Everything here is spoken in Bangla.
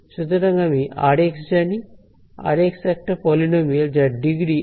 সুতরাং আমি r জানি r একটা পলিনোমিয়াল যার ডিগ্রী N 1